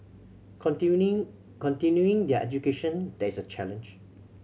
continuing their education there is a challenge